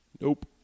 nope